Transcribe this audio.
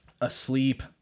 Asleep